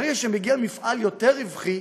ברגע שמגיע מפעל יותר רווחי,